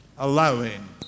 allowing